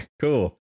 Cool